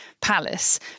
palace